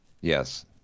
Yes